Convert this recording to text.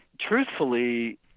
Truthfully